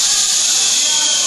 ששש.